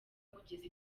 kugeza